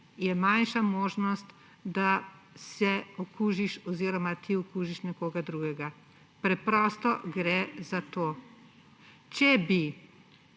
je manjša možnost, da se okužiš oziroma ti okužiš nekoga drugega. Preprosto gre za to. Če bi